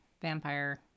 vampire